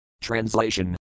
Translation